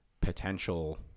potential